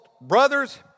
brother's